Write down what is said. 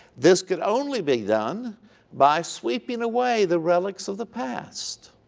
this could only be done by sweeping away the relics of the past